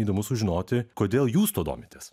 įdomu sužinoti kodėl jūs tuo domitės